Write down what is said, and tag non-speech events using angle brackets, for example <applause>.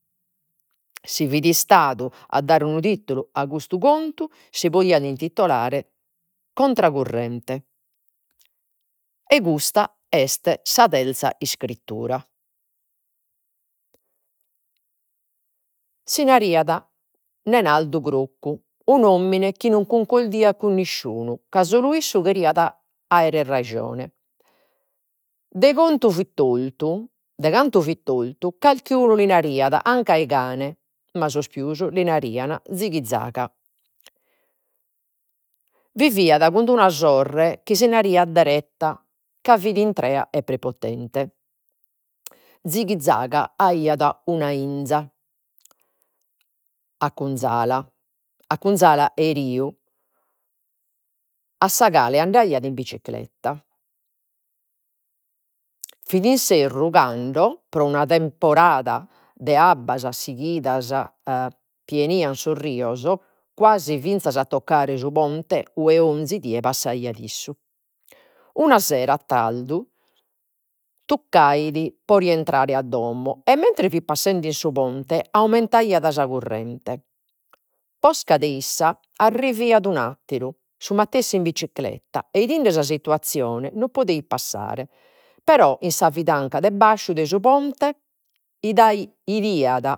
Si fit istadu a dare unu titulu a custu contu si podiat intitolare contra currente. E custa est sa terza iscrittura. Si naraiat Nenaldu Crocu, un'omine chi no cuncordaiat cun nisciunu, ca solu issu cheriat aere rajone. De <hesitation> fit tortu, de cantu fit tortu carchi unu li nariat anca 'e cane, ma sos pius li naraian zighizaga. Viviat cun d'una sorre chi si naraiat deretta ca fit intrea e prepotente, zighizaga aiat una 'inza a <unintelligible> a <unintelligible> 'e riu a sa cale andaiat in bicicletta. Fit in <unintelligible> cando, pro una temporada de abbas sighidas <hesitation> pienaian sos rios, guasi finzas a toccare su ponte 'ue onzi die passaiat issu. Una sera, a tardu, tuccait pro rientrare a domo e mentres fit passende in su ponte aumentaiat sa currente. Posca de issa arriviat un'atteru, su matessi in bicicletta, e 'idende sa situazione no poteit passare. Però, in sa <unintelligible> de basciu de su ponte <hesitation> 'idiat